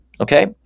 Okay